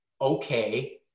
okay